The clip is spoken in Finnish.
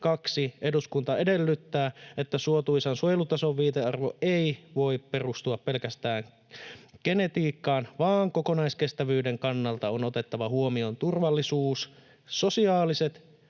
Kaksi: ”Eduskunta edellyttää, että suotuisan suojelutason viitearvo ei voi perustua pelkästään genetiikkaan, vaan kokonaiskestävyyden kannalta on otettava huomioon turvallisuus, sosiaaliset